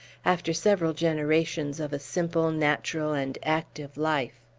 after several generations of a simple, natural, and active life.